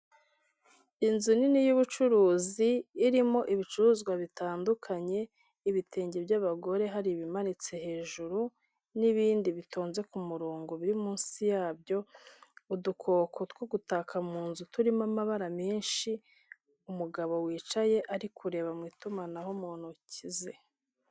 Inzu nini y'ubucuruzi irimo ibicuruzwa bitandukanye ibtenge by'abagore, hari ibimanitse hejuru n'ibindi bitonze ku murongo biri munsi yabyo, udukoko two gutaka mu nzu turimo amabara menshi, umugabo wicaye ari kureba mu itumanaho mu ntoki ze.